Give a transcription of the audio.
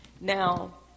Now